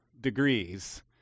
degrees